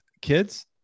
kids